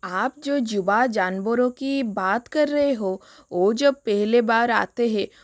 आप जो जुबां जानवरों की बात कर रहे हो वह जब पहली बार आते हैं